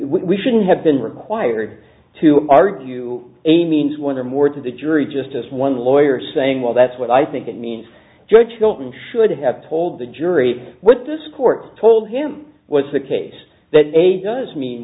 we shouldn't have been required to argue a means one or more to the jury just as one lawyer saying well that's what i think it means your children should have told the jury what this court told him was the case that a does mean